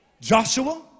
Joshua